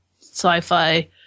sci-fi